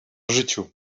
życiu